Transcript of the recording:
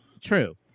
true